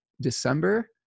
december